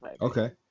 okay